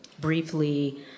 briefly